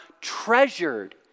treasured